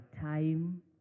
time